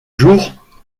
jour